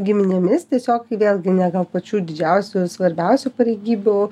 giminėmis tiesiog vėlgi nėra pačių didžiausių svarbiausių pareigybių